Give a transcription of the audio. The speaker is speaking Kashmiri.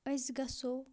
أسۍ گَژھو